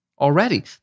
already